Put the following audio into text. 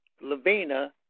Lavina